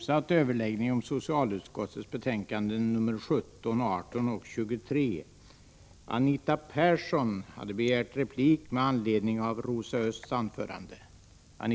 Socialutskottets betänkanden 17, 18 och 23 debatteras i ett sammanhang.